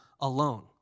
alone